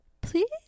please